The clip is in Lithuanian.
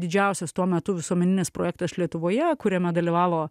didžiausias tuo metu visuomeninis projektas lietuvoje kuriame dalyvavo